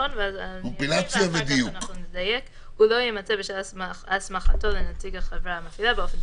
אם אנחנו יכולים להציל נפש אחת בישראל בעניין